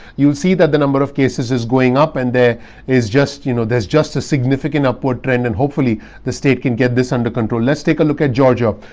you'll see that the number of cases is going up. and there is just you know, there's just a significant upward trend and hopefully the state can get this under control. let's take a look at georgia.